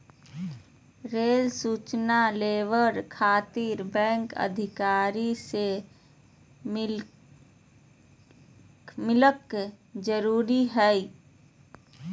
Rail सूचना labour खातिर bank अधिकारी से मिलक जरूरी है?